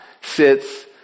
sits